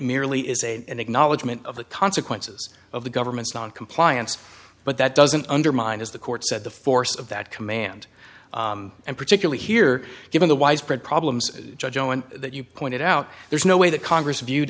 merely is a an acknowledgment of the consequences of the government's noncompliance but that doesn't undermine as the court said the force of that command and particularly here given the widespread problems that you pointed out there's no way that congress viewed